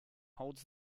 holds